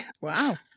Wow